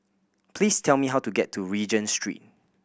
please tell me how to get to Regent Street